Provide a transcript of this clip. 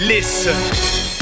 Listen